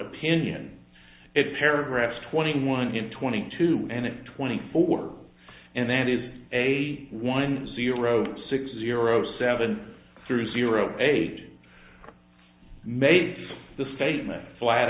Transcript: opinion it paragraphs twenty one in twenty two and twenty four and that is a one zero six zero seven through zero eight made the statement flat